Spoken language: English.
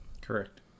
Correct